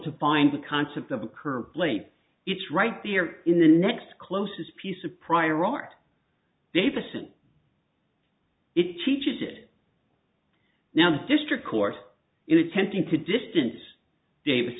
to find the concept of a curb plate it's right there in the next closest piece of prior art davison it teaches it now the district court in attempting to distance davi